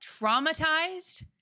traumatized